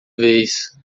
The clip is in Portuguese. vez